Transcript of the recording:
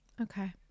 Okay